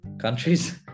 countries